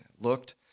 looked